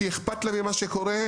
שאכפת לה ממה שקורה,